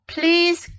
Please